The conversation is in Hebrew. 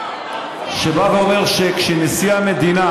שבא ואומר שכשנשיא המדינה